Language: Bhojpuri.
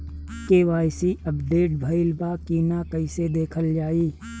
के.वाइ.सी अपडेट भइल बा कि ना कइसे देखल जाइ?